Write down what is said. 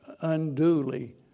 unduly